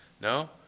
No